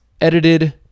edited